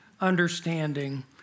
understanding